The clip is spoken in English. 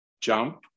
jump